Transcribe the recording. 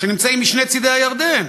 שנמצאים משני צדי הירדן,